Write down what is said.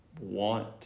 want